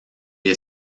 est